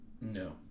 No